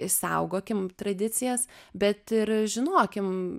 išsaugokim tradicijas bet ir žinokim